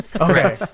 okay